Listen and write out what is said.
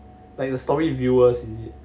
like the story viewers is it